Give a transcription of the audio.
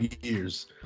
years